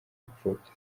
gupfobya